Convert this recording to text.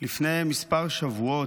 לפני כמה שבועות,